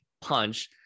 punch